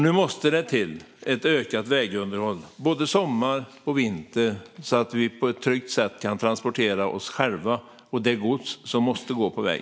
Nu måste det till ett ökat vägunderhåll, både sommar och vinter, så att vi på ett tryggt sätt kan transportera oss själva och det gods som måste gå på väg.